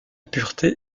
pureté